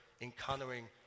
encountering